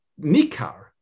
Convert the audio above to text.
nikar